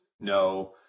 no